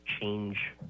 change